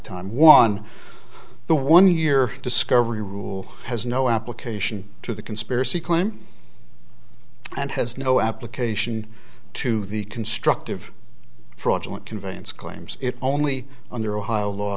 time one the one year discovery rule has no application to the conspiracy claim and has no application to the constructive fraudulent conveyance claims it only under ohio law